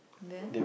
then